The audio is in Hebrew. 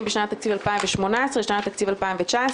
משנת התקציב 2018 לשנת התקציב 2019,